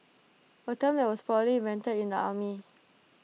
A term that was probably invented in the army